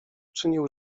czynił